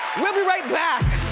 we'll be right back.